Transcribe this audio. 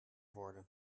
worden